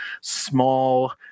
small